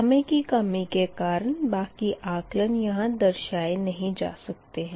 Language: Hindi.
समय की कमी के कारण बाक़ी आकलन यहाँ दर्शाए नहीं जा सकते है